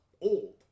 old